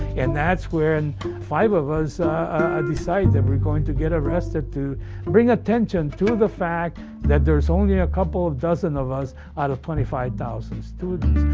and that's when and five of us decide that we're going to get arrested, to bring attention to the fact that there's only a couple of dozen of us out of twenty five thousand students.